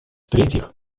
третьих